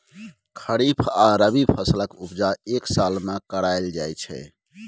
खरीफ आ रबी फसलक उपजा एक साल मे कराएल जाइ छै